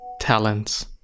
talents